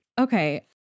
Okay